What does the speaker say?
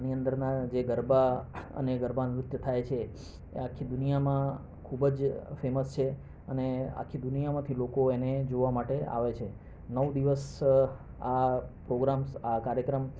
આની અંદરના જે ગરબા અને ગરબા નૃત્ય થાય છે એ આખી દુનિયામાં ખૂબ જ ફેમસ છે અને આખી દુનિયામાંથી લોકો એને જોવા માટે આવે છે નવ દિવસ આ પ્રોગ્રામ્સ આ કાર્યક્રમ